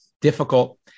difficult